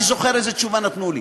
אני זוכר איזו תשובה נתנו לי: